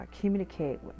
communicate